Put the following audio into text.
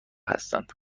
هستند